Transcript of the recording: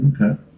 Okay